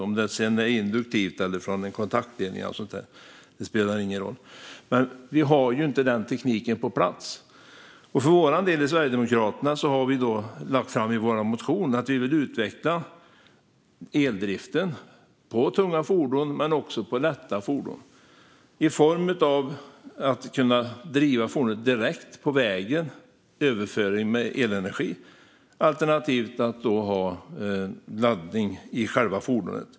Om det sker induktivt eller via en kontaktledning spelar ingen roll. Men vi har ju inte den tekniken på plats. Vi i Sverigedemokraterna har i vår motion lagt fram att vi vill utveckla eldriften för tunga fordon men också lätta fordon i form av att kunna driva fordonet direkt på vägen genom överföring med elenergi alternativt att ha laddning i själva fordonet.